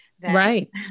right